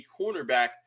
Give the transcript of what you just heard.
cornerback